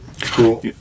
Cool